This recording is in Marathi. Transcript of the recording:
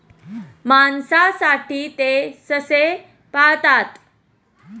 मांसासाठी ते ससे पाळतात